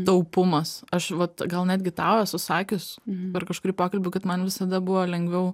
taupumas aš vat gal netgi tau esu sakius per kažkurį pokalbį kad man visada buvo lengviau